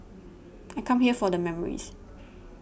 I come here for the memories